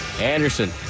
Anderson